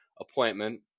appointment